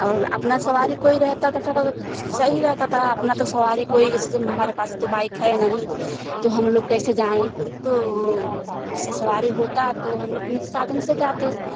और अपना सवारी कोई रहता ता था सही रहता था अपना तो सवारी कोई जैसे हमारी पास बाइक है नहीं तो हम लोग कैसे जाएँ तो सवारी होता तो हम लोग अपने साधन से जाते